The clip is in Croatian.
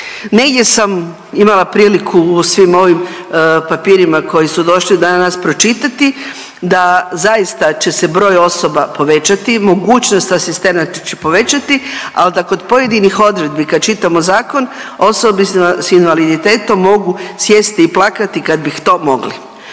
Negdje sam imala priliku u svim ovim papirima koji su došli danas pročitati da zaista će se broj osoba povećati, mogućnost asistenata će povećati, al da kod pojedinih odredbi kad čitamo zakon osobi s invaliditetom mogu sjesti i plakati kad bi to mogli.